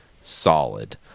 Solid